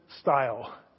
style